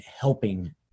helping